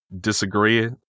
disagree